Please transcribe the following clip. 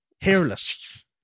Hairless